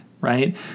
right